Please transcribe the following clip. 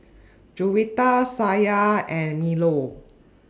Juwita Syah and Melur